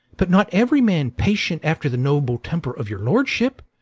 but not every man patient after the noble temper of your lordship.